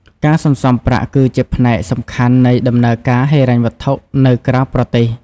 ការសន្សំប្រាក់គឺជាផ្នែកសំខាន់នៃដំណើរការហិរញ្ញវត្ថុនៅក្រៅប្រទេស។